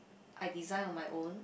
I design on my own